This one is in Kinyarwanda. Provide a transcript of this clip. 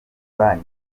banki